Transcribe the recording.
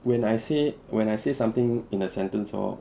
when I say when I say something in a sentence hor